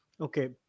Okay